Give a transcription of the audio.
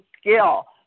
skill